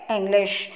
English